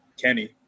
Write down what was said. Kenny